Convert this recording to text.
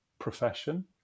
profession